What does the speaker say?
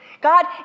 God